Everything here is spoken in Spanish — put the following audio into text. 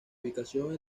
ubicación